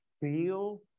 feel